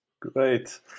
Great